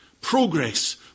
progress